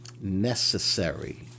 necessary